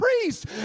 priest